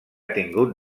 tingut